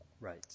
Right